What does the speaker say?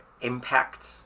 impact